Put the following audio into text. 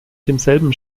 demselben